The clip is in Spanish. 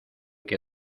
que